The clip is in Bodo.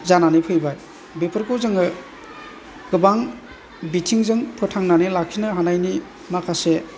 जानानै फैबाय बेफोरखौ जोङो गोबां बिथिंजों फोथांनानै लाखिनो हानायनि माखासे